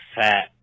fat